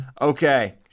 Okay